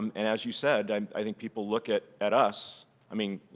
and and as you said, i think people look at at us i mean